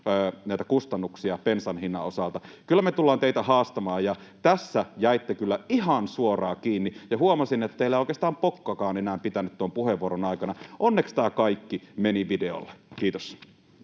näitä kustannuksia bensan hinnan osalta, niin kyllä me tullaan teitä haastamaan. Tässä jäitte kyllä ihan suoraan kiinni, ja huomasin, että teillä ei oikeastaan pokkakaan enää pitänyt tuon puheenvuoron aikana. Onneksi tämä kaikki meni videolle. — Kiitos.